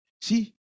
See